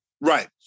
Right